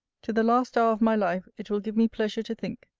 to the last hour of my life, it will give me pleasure to think,